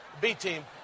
B-team